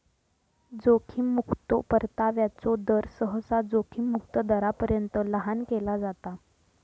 जोखीम मुक्तो परताव्याचो दर, सहसा जोखीम मुक्त दरापर्यंत लहान केला जाता